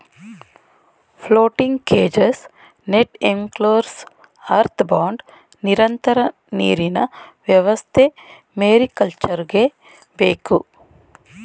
floating cages, net enclosures, earth bund, ನಿರಂತರ ನೀರಿನ ವ್ಯವಸ್ಥೆ ಮೇರಿಕಲ್ಚರ್ಗೆ ಬೇಕು